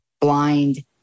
Blind